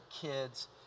kids